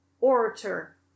orator